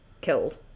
killed